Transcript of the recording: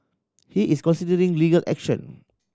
he is considering legal action